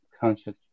conscious